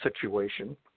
situation